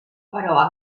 però